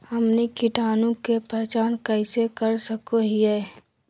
हमनी कीटाणु के पहचान कइसे कर सको हीयइ?